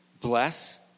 Bless